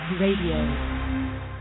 Radio